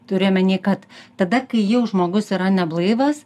turiu omeny kad tada kai jau žmogus yra neblaivas